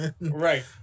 right